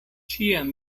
ĉiam